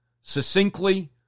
succinctly